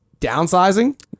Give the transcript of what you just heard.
downsizing